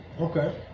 Okay